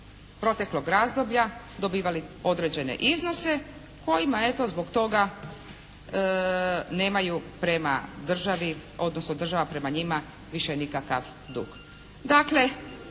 proteklog razdoblja dobivali određene iznose kojima eto zbog toga nemaju prema državi odnosno država prema njima više nikakav dug.